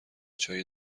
چایی